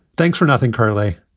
thanks for nothing, karley.